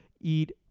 eat